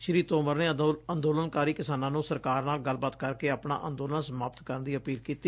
ਸ੍ਰੀ ਤੋਮਰ ਨੇ ਅੰਦੋਲਨਕਾਰੀ ਕਿਸਾਨਾਂ ਨੂੰ ਸਰਕਾਰ ਨਾਲ ਗੱਲਬਾਤ ਕਰਕੇ ਆਪਣਾ ਅੰਦੋਲਨ ਸਮਾਪਤ ਕਰਨ ਦੀ ਅਪੀਲ ਕੀਤੀ